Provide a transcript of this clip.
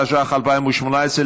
התשע"ח 2018,